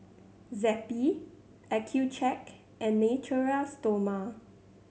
Zappy Accucheck and Natura Stoma